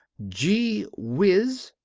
gee whiz,